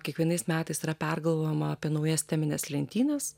kiekvienais metais yra pergalvojama apie naujas temines lentynas